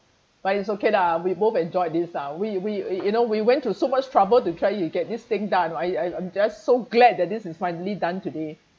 but it's okay lah we both enjoyed this ah we we you know we went through so much trouble to try you get this thing done I I'm just so glad that this is finally done today